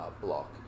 block